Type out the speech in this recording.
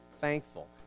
thankful